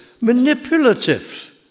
manipulative